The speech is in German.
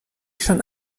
schon